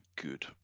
Good